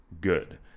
good